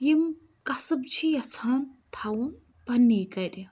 یِم کَصب چھِ یِژھان تھاوُن پَننے گَرِ